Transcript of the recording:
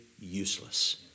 useless